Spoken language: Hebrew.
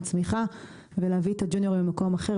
צמיחה ולהביא את הג'וניורים ממקום אחר.